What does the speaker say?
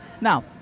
Now